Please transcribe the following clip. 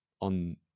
on